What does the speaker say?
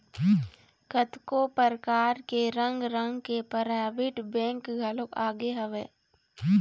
कतको परकार के रंग रंग के पराइवेंट बेंक घलोक आगे हवय